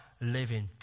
living